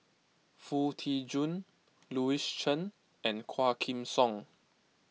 Foo Tee Jun Louis Chen and Quah Kim Song